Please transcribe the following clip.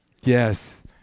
Yes